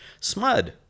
SMUD